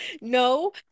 no